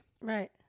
Right